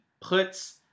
puts